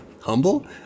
humble